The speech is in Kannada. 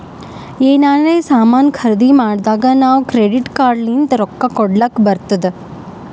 ಎನಾರೇ ಸಾಮಾನ್ ಖರ್ದಿ ಮಾಡ್ದಾಗ್ ನಾವ್ ಕ್ರೆಡಿಟ್ ಕಾರ್ಡ್ ಲಿಂತ್ ರೊಕ್ಕಾ ಕೊಡ್ಲಕ್ ಬರ್ತುದ್